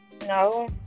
No